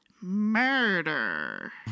murder